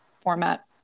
format